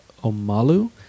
Omalu